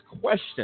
question